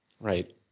Right